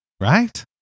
right